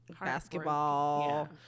basketball